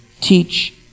teach